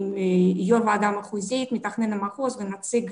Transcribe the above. יו"ר ועדה מחוזית, מתכנן המחוז ונציג